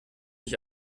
ich